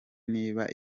niba